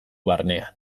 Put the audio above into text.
barnean